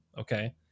okay